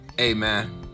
Amen